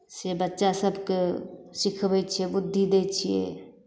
से बच्चासभकेँ सिखबै छियै बुद्धि दै छियै